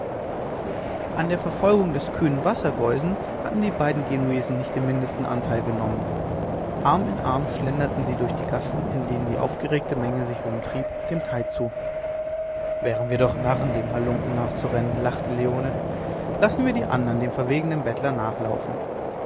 an der verfolgung des kühnen wassergeusen hatten die beiden genuesen nicht den mindesten anteil genommen arm in arm schlenderten sie durch die gassen in denen die aufgeregte menge sich umtrieb dem kai zu wären wir doch narren dem halunken nachzurennen lachte leone lassen wir die andern dem verwegenen bettler nachlaufen